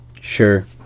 sure